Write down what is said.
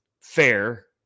fair